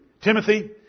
Timothy